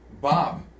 Bob